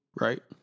right